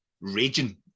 raging